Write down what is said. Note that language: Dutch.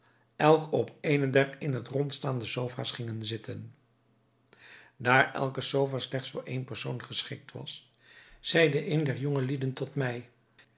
elk op eene der in het rond staande sofa's gingen zitten daar elke sofa slechts voor één persoon geschikt was zeide een der jongelieden tot mij